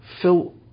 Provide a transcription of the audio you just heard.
fill